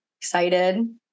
excited